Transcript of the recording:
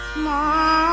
la